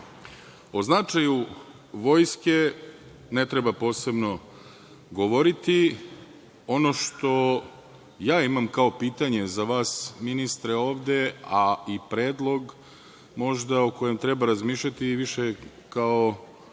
značaju Vojske ne treba posebno govoriti. Ono što imam kao pitanje za vas ministre ovde, a i predlog, možda o kojem treba razmišljati, više kao